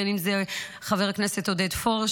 בין אם זה חבר הכנסת עודד פורר,